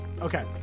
okay